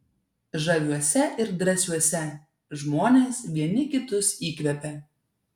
žaviuose ir drąsiuose žmonės vieni kitus įkvepia